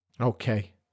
Okay